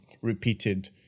repeated